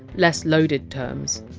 less loaded terms.